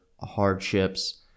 hardships